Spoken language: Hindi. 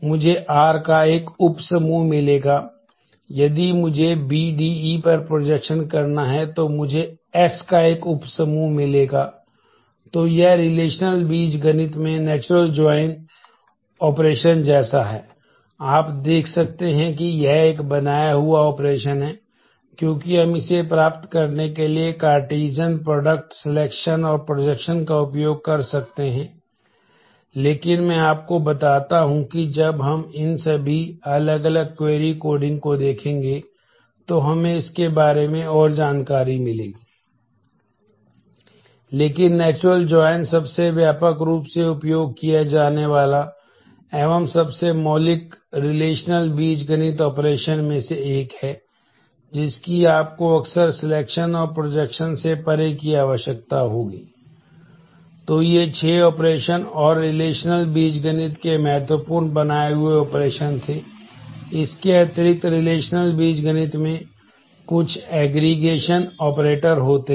मुझे r का एक उपसमूह मिलेगा यदि मुझे B D E पर प्रोजेक्शन ऑपरेटर होते हैं